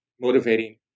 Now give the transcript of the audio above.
motivating